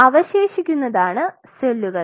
അവശേഷിക്കുന്നതാണ് സെല്ലുകൾ